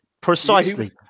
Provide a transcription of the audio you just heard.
Precisely